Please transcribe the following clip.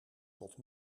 tot